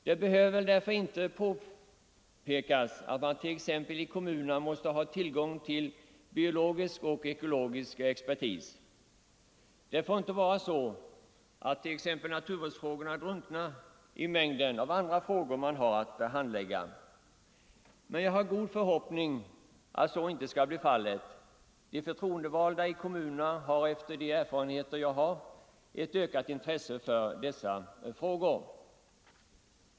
Det behöver därför knappast påpekas att man t.ex. i kommunerna måste ha tillgång till biologisk och ekologisk expertis. Det får inte vara så att naturvårdsfrågorna drunknar i mängden av ärenden som man har att handlägga. Men jag har goda förhoppningar att så inte skall bli fallet. De förtroendevalda i kommunerna har enligt mina erfarenheter fått ett ökat intresse för dessa frågor.